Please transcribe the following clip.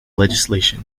legislation